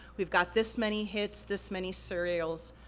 we've got this many hits, this many serials.